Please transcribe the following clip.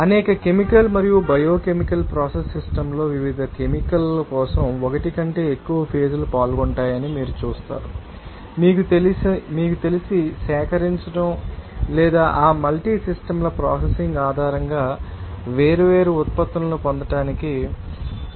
అనేక కెమికల్ మరియు biochemical process system లో వివిధ కెమికల్ ాల కోసం ఒకటి కంటే ఎక్కువ ఫేజ్ లు పాల్గొంటాయని మీరు చూస్తారు మీకు తెలిసి సేకరించండి లేదా ఆ మల్టీ సిస్టమ్ ల ప్రాసెసింగ్ ఆధారంగా వేర్వేరు ఉత్పత్తులను పొందటానికి మీరు చూడవచ్చు